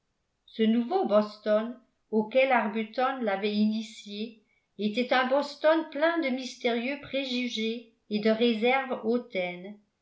ce nouveau boston auquel arbuton l'avait initiée était un boston plein de mystérieux préjugés et de réserve